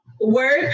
work